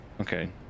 okay